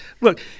look